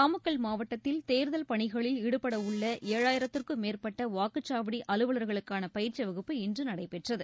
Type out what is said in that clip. நாமக்கல் மாவட்டத்தில் தேர்தல் பணிகளில் ஈடுபடவுள்ள ஏழாயிரத்திற்கும் மேற்பட்ட வாக்குச்சாவடி அலுவலர்களுக்கான பயிற்சி வகுப்பு இன்று நடைபெற்றது